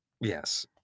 yes